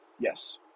Yes